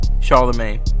Charlemagne